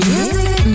Music